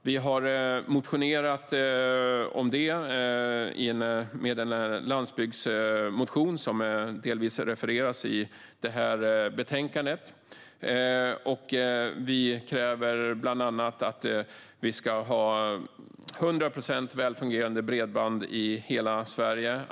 Vi har motionerat om detta i en landsbygdsmotion som delvis refereras i betänkandet. Vi kräver bland annat 100 procents välfungerande bredband i hela Sverige.